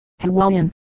Hawaiian